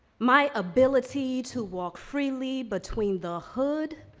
my ability to walk freely between the hood,